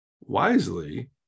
wisely